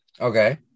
Okay